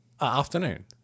Afternoon